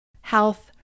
health